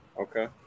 Okay